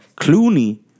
Clooney